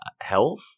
health